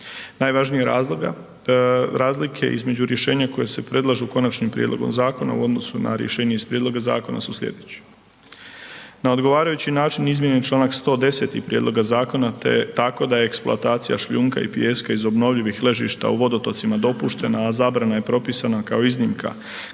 Najvažnije razloga, razlike između rješenja koja se predlažu konačnim prijedlogom zakona u odnosu na rješenje iz prijedloga zakona su slijedeće. Na odgovarajući način izmijenjen Članak 110. prijedloga zakona te tako da je eksploatacija šljunka i pijeska iz obnovljivih ležišta u vodotocima dopuštena, a zabrana je propisana kao iznimka kako bi